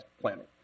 planning